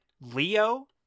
Leo